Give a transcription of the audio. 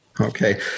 Okay